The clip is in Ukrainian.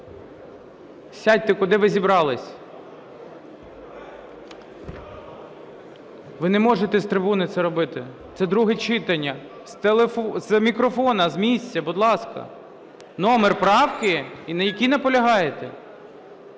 Сядьте, куди ви зібрались? Ви не можете з трибуни це робити. Це друге читання. З мікрофона, з місця, будь ласка. Номер правки, на якій наполягаєте.